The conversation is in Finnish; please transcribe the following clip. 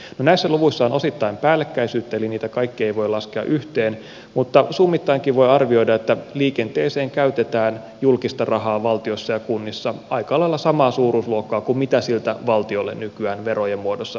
no näissä luvuissa on osittain päällekkäisyyttä eli niitä kaikkia ei voi laskea yhteen mutta summittainkin voi arvioida että liikenteeseen käytetään julkista rahaa valtiossa ja kunnissa aika lailla samaa suuruusluokkaa kuin mitä siltä valtiolle nykyään verojen muodossa peritään